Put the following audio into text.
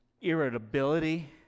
irritability